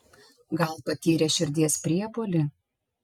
gal patyrė širdies priepuolį